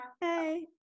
hey